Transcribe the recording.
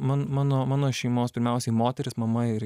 man mano mano šeimos pirmiausiai moterys mama ir